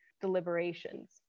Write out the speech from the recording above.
deliberations